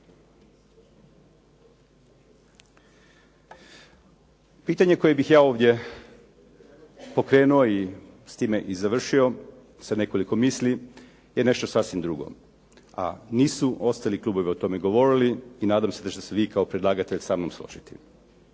Pitanje koje bih ja ovdje pokrenuo i s time i završio sa nekoliko misli je nešto sasvim drugo, a nisu ostali klubovi o tome govorili i nadam se da ćete se vi kao predlagatelj sa mnom složiti.